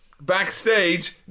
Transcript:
Backstage